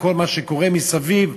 וכל מה שקורה מסביב,